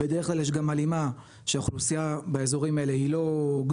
בדרך כלל יש גם הלימה שהאוכלוסייה באזורים האלה היא לא גדולה,